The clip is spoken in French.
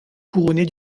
couronnée